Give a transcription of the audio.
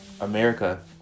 America